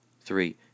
Three